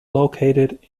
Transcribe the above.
located